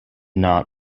not